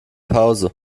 pause